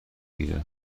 گیره